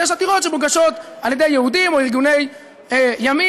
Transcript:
ויש עתירות שמוגשות על ידי יהודים או ארגוני ימין